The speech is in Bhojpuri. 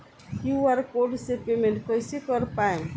क्यू.आर कोड से पेमेंट कईसे कर पाएम?